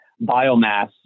biomass